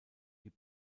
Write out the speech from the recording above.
die